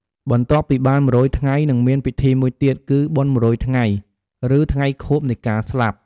បន្ទាប់ពីបាន១០០ថ្ងៃនឹងមាន ពិធីមួយទៀត គឺបុណ្យ១០០ ឬ ថ្ងៃខួបនៃការស្លាប់។